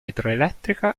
idroelettrica